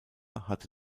hatte